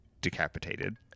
decapitated